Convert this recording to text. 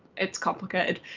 it's complicated.